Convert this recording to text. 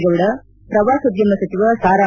ದೇವೇಗೌಡ ಪ್ರವಾಸೋದ್ಯಮ ಸಚಿವ ಸಾ